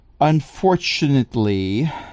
Unfortunately